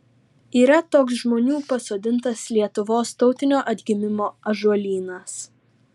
yra toks žmonių pasodintas lietuvos tautinio atgimimo ąžuolynas